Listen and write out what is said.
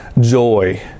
joy